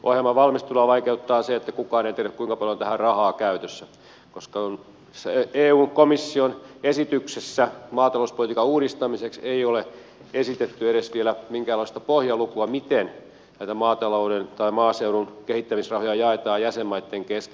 ohjelman valmistelua vaikeuttaa se että kukaan ei tiedä kuinka paljon tähän on rahaa käytössä koska eun komission esityksessä maatalouspolitiikan uudistamiseksi ei ole esitetty vielä edes minkäänlaista pohjalukua miten näitä maatalouden tai maaseudun kehittämisrahoja jaetaan jäsenmaitten kesken